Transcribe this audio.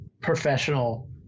professional